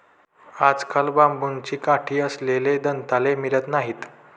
आजकाल बांबूची काठी असलेले दंताळे मिळत नाहीत